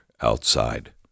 outside